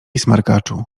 smarkaczu